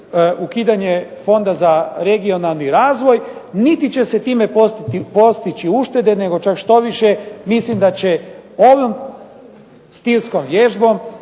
ukidanje Fonda za regionalni razvoj niti će se time postići uštede nego čak štoviše mislim da će ovom stilskom vježbom